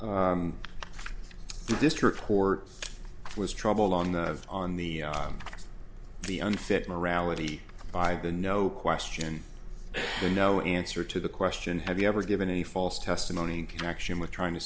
question this report was trouble on the on the on the unfit morality by the no question the no answer to the question have you ever given any false testimony in connection with trying to